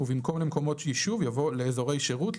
ובמקום "למקומות ישוב" יבוא " לאזורי שירות,